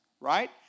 right